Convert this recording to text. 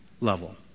level